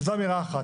זו אמירה אחת.